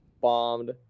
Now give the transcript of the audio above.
bombed